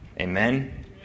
Amen